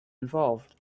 involved